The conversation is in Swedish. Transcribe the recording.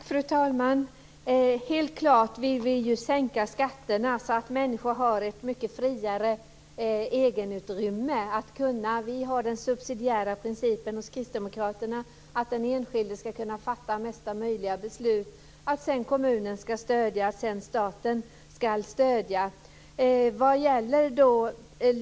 Fru talman! Det är klart att vi vill sänka skatterna så att människor har ett mycket friare egenutrymme. Vi kristdemokrater har den subsidiära principen att den enskilda ska kunna fatta mesta möjliga beslut. Sedan ska kommunen och staten stödja.